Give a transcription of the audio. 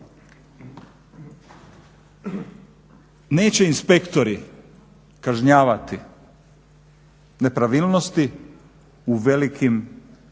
Neće inspektori kažnjavati nepravilnosti u velikim sistemima,